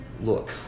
look